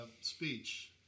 speech